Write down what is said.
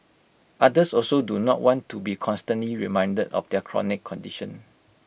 others also do not want to be constantly reminded of their chronic condition